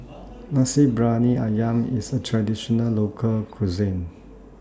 Nasi Briyani Ayam IS A Traditional Local Cuisine